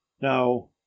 now